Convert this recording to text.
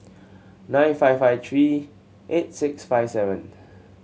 nine five five three eight six five seven